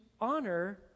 honor